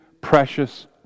precious